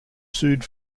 sued